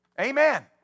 Amen